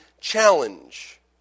challenge